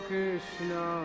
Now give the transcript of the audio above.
Krishna